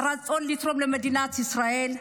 רצון לתרום למדינת ישראל,